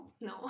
no